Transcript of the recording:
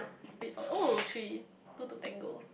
oh three two to tango